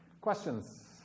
Questions